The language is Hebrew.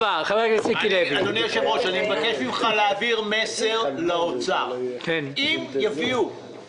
אני רק מבקש, אני מבקש מכל חברי הוועדה, אני מבקש